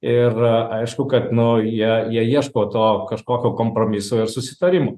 ir aišku kad nu jie jie ieško to kažkokio kompromiso ir susitarimo